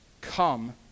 come